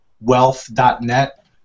wealth.net